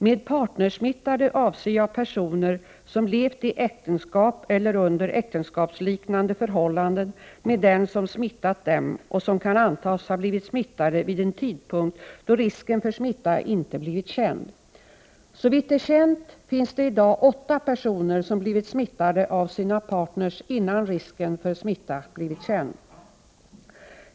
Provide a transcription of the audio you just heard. Med partnersmittade avser jag personer som levt i äktenskap eller under äktenskapsliknande förhållanden med den som smittat dem och som kan antas ha blivit smittade vid en tidpunkt då risken för smitta inte blivit känd. Såvitt är känt finns det i dag åtta personer som blivit smittade av sina partner innan risken för smitta blivit känd.